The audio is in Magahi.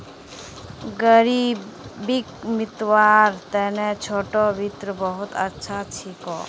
ग़रीबीक मितव्वार तने छोटो वित्त बहुत अच्छा छिको